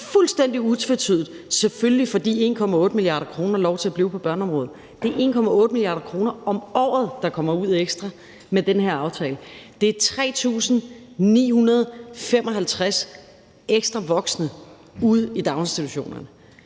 sige fuldstændig utvetydigt, at selvfølgelig får de 1,8 mia. kr. lov til at blive på børneområdet, er lidt rystende. Det er 1,8 mia. kr. om året, der kommer ud ekstra med den her aftale. Det er 3.955 ekstra voksne ude i daginstitutionerne.